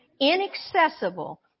inaccessible